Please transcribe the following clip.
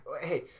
Hey